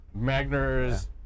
Magners